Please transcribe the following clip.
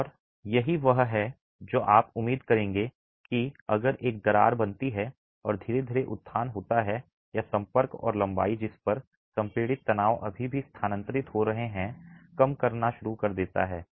और यही वह है जो आप उम्मीद करेंगे कि अगर एक दरार बनती है और धीरे धीरे उत्थान होता है या संपर्क और लंबाई जिस पर संपीड़ित तनाव अभी भी स्थानांतरित हो रहे हैं कम करना शुरू कर देता है